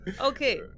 Okay